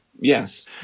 yes